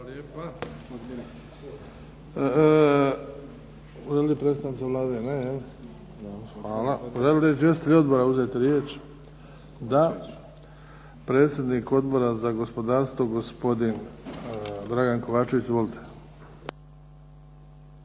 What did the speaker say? Hvala lijepa. Želi li predstavnica Vlade? Ne. Hvala. Žele li izvjestitelji odbora uzeti riječ? Da. Predsjednik Odbora za gospodarstvo, gospodin Dragan Kovačević. Izvolite.